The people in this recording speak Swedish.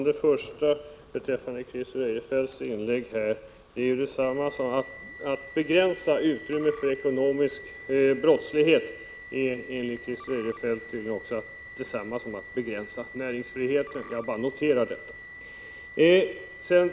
Herr talman! Att begränsa utrymmet för ekonomiisk brottslighet är enligt Christer Eirefelt tydligen detsamma som att begränsa näringsfriheten. Jag bara noterar detta.